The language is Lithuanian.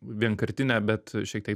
vienkartinę bet šiek tiek